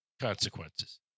consequences